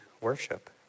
worship